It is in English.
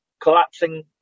collapsing